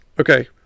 Okay